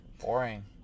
boring